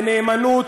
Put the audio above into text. בנאמנות,